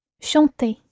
Chanter